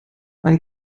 ein